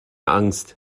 angst